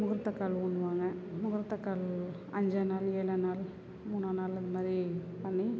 முகூர்த்தக்கால் ஊனுவாங்க முகூர்த்தக்கால் அஞ்சாம் நாள் ஏழாம் நாள் மூணாம் நாள் இந்த மாதிரி பண்ணி